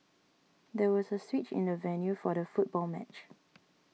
there was a switch in the venue for the football match